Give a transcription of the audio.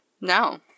No